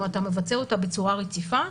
אם אתה מבצע אותה בצורה רציפה,